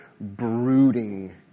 brooding